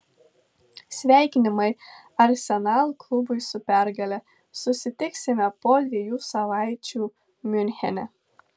sveikinimai arsenal klubui su pergale susitiksime po dviejų savaičių miunchene